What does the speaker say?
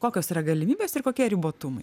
kokios yra galimybės ir kokie ribotumai